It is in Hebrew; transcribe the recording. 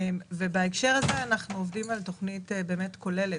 בהקשר הזה אנחנו עובדים על תכנית כוללת.